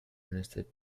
minister